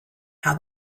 how